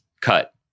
cut